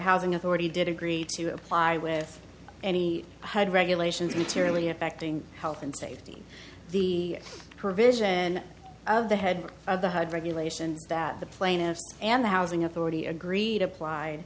housing authority did agree to apply with any hud regulations materially affecting health and safety the provision of the head of the hood regulations that the plaintiffs and the housing authority agreed applied